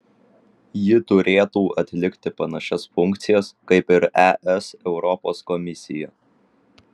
ji turėtų atlikti panašias funkcijas kaip ir es europos komisija